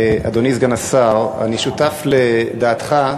אדוני סגן השר, אני שותף לדעתך,